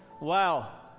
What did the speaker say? Wow